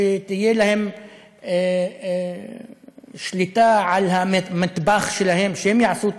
שתהיה להם שליטה על המטבח שלהם, שהם יעשו את